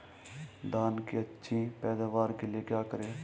धान की अच्छी पैदावार के लिए क्या करें?